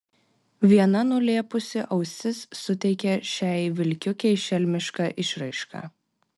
viena nulėpusi ausis suteikia šiai vilkiukei šelmišką išraišką